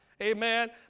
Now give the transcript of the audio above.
amen